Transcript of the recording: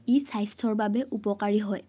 ই স্বাস্থ্যৰ বাবে উপকাৰী হয়